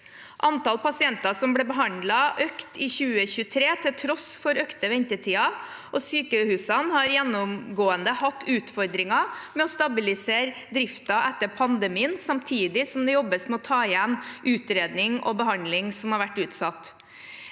Antall pasienter som ble behandlet, økte i 2023 til tross for økte ventetider. Sykehusene har gjennomgående hatt utfordringer med å stabilisere driften etter pandemien, samtidig som det jobbes med å ta igjen utredning og behandling som har vært utsatt.